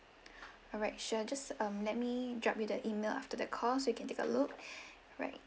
alright sure just um let me drop you the email after the call so you can take a look alright